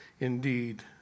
Indeed